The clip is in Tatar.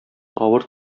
авыр